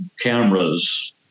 cameras